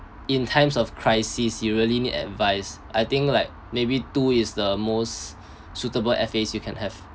in times of crisis you really need advice I think like maybe two is the most suitable at face you can have